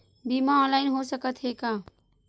बीमा ऑनलाइन हो सकत हे का?